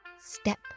step